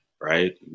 right